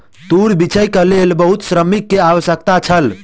तूर बीछैक लेल बहुत श्रमिक के आवश्यकता छल